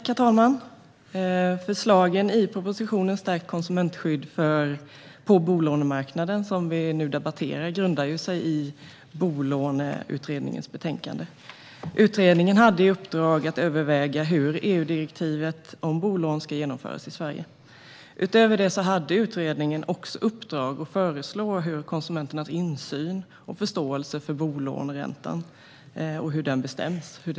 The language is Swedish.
Herr talman! Förslagen i propositionen Stärkt konsumentskydd på bolånemarknaden , som vi nu debatterar, grundar sig på Bolåneutredningens betänkande. Utredningen hade i uppdrag att överväga hur EU-direktivet om bolån ska genomföras i Sverige. Utöver detta hade utredningen i uppdrag att föreslå hur man ska kunna öka konsumenternas insyn i och förståelse för bolåneräntan samt hur den bestäms.